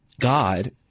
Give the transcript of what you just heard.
God –